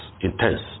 intense